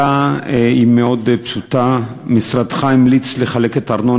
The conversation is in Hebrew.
השאלה היא מאוד פשוטה: משרדך המליץ לחלק את הארנונה